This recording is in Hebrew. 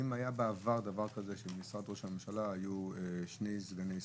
האם היה בעבר דבר כזה שבמשרד ראש הממשלה היו שני סגני שרים?